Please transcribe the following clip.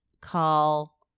call